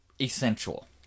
essential